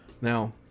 Now